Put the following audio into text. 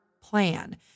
plan